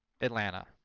Atlanta